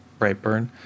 Brightburn